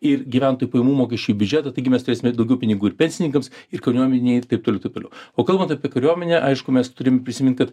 ir gyventojų pajamų mokesčiu į biudžetą taigi mes turėsime daugiau pinigų ir pensininkams ir kariuomenei ir taip toliau taip toliau o kalbant apie kariuomenę aišku mes turim prisimint kad